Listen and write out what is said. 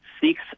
six